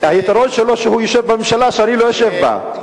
היתרון שלו, שהוא יושב בממשלה שאני לא יושב בה.